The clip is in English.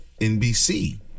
NBC